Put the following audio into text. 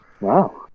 Wow